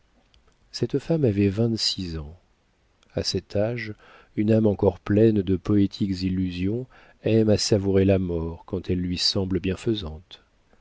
cette femme avait vingt-six ans a cet âge une âme encore pleine de poétiques illusions aime à savourer la mort quand elle lui semble bienfaisante